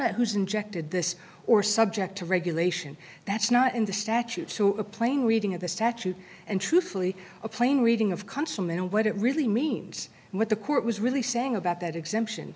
that who's injected this or subject to regulation that's not in the statute a plain reading of the statute and truthfully a plain reading of consummate what it really means and what the court was really saying about that exemption